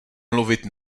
mluvit